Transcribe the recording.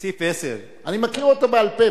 בסעיף 10, אני מכיר אותו בעל-פה.